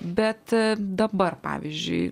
bet dabar pavyzdžiui